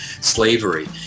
slavery